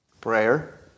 Prayer